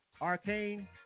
Arcane